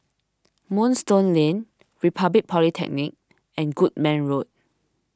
Moonstone Lane Republic Polytechnic and Goodman Road